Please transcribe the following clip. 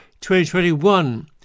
2021